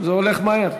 זה הולך מהר,